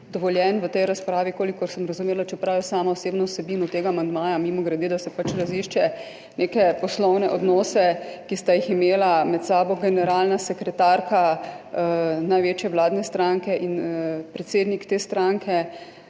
dovoljen v tej razpravi, kolikor sem razumela, čeprav jaz sama osebno z vsebino tega amandmaja, mimogrede, da se pač razišče neke poslovne odnose, ki sta jih imela med sabo generalna sekretarka največje vladne stranke in predsednik te stranke,